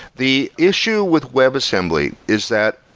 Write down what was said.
the issue with web assembly is that,